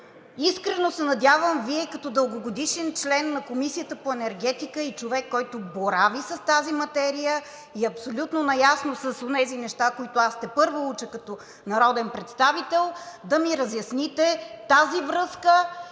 Искрено се надявам Вие като дългогодишен член на Комисията по енергетиката и човек, който борави с тази материя и е абсолютно наясно с онези неща, които аз тепърва уча като народен представител, да ми разясните тази връзка.